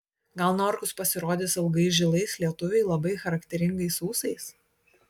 gal norkus pasirodys ilgais žilais lietuviui labai charakteringais ūsais